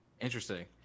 Interesting